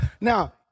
Now